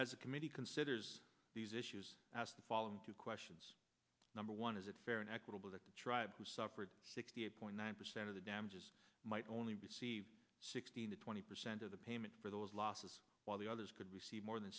as a committee considers these issues as the following two questions number one is it fair and equitable to tribe who suffered sixty eight point nine percent of the damages might only receive sixteen to twenty percent of the payment for those losses while the others could receive more than